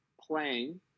playing